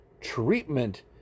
treatment